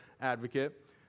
advocate